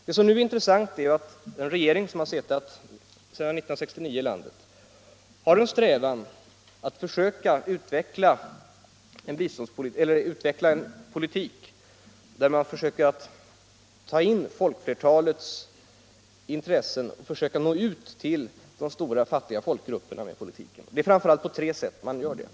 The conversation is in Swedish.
Det intressanta är att den regering som suttit sedan 1969 har en strävan att utveckla en politik som tillgodoser folkflertalets intressen och att nå ut till de stora fattiga folkgrupperna med denna politik. Det är framför allt på tre sätt man gör detta.